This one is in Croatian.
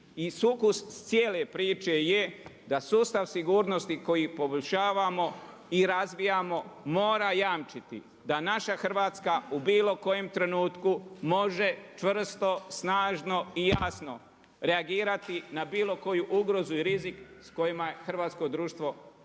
sukus cijele priče je da sustav sigurnosti koji poboljšavamo i razbijamo, mora jamčiti da naša Hrvatska u bilo kojem trenutku, može čvrsto, snažno i jasno reagirati na bilo koju ugrozu i rizik s kojima je hrvatsko društvo suočeno.